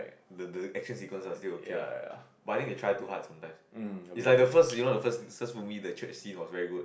ya ya um a bit a bit